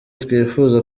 twifuza